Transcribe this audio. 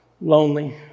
lonely